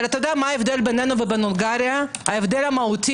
אבל אתה יודע מה ההבדל בינינו להונגריה, המהותי?